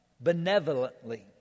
benevolently